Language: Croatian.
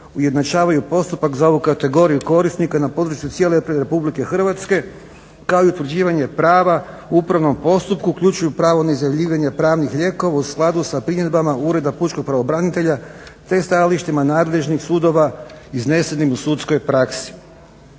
ujednačavaju postupak za ovu kategoriju korisnika na području cijele RH kao i utvrđivanje prava u upravnom postupku, uključivaju pravo na izjavljivanje pravnih lijekova u skladu sa primjedbama ureda pučkog pravobranitelja te stajalištima nadležnih sudova iznesenim u sudskoj praksi.